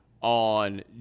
on